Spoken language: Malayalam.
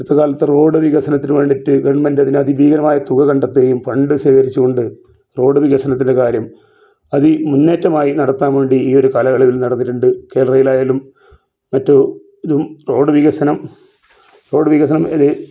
ഇന്നത്തെ കാലത്ത് റോഡ് വികസനത്തിന് വേണ്ടിട്ട് ഗെവൺമെൻട് അതി ഭീകരമായ തുക കണ്ടെത്തുകയും ഫണ്ട് ശേഖരിച്ചുകൊണ്ട് റോഡ് വികസനത്തിൻ്റെ കാര്യം അതി മുന്നേറ്റമായി നടത്താൻ വേണ്ടി ഈ ഒര് കാലയളവിൽ നടന്നിട്ടുണ്ട് കേറെയിൽ ആയാലും മറ്റ് ഇതും റോഡ് വികസനം റോഡ് വികസനം ഇത്